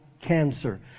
cancer